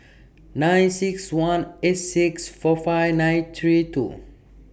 nine six one eight six four five nine three two